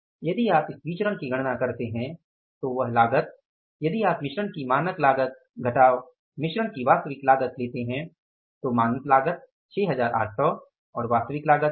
यदि आप इस विचरण की गणना करते हैं यह लागत यदि आप मिश्रण की मानक लागत घटाव मिश्रण की वास्तविक लागत लेते हैं तो मानक लागत 6800 और वास्तविक लागत 6513 है